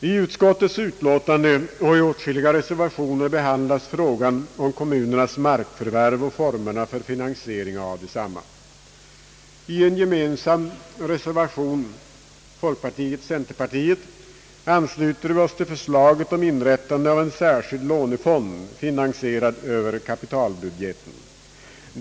I utskottets utlåtande och i åtskilliga reservationer behandlas frågan om kommunernas markförvärv och formerna för finansieringen av detsamma. I en reservation gemensam för folkpartiet och centerpartiet ansluter vi oss till förslaget om inrättandet av en särskild lånefond, finansierad över kapitalbudgeten.